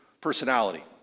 personality